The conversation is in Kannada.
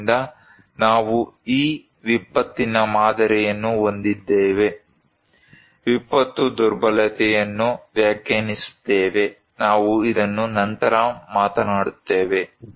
ಆದ್ದರಿಂದ ನಾವು ಈ ವಿಪತ್ತಿನ ಮಾದರಿಯನ್ನು ಹೊಂದಿದ್ದೇವೆ ವಿಪತ್ತು ದುರ್ಬಲತೆಯನ್ನು ವ್ಯಾಖ್ಯಾನಿಸುತ್ತೇವೆ ನಾವು ಇದನ್ನು ನಂತರ ಮಾತನಾಡುತ್ತೇವೆ